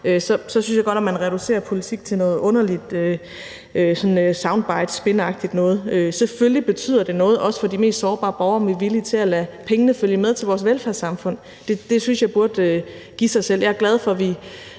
synes jeg godt nok, at man reducerer politik til noget underligt noget, der minder om sound bite og spin. Selvfølgelig betyder det noget, også for de mest sårbare borgere, om vi er villige til at lade pengene følge med til vores velfærdssamfund. Det synes jeg burde give sig selv. Jeg er glad for, at vi